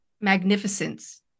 magnificence